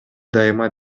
дайыма